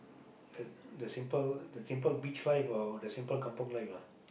uh the simple the simple beach life or the kampung life ah